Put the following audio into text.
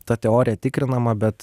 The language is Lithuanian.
ta teorija tikrinama bet